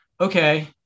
okay